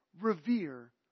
revere